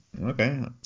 okay